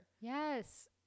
Yes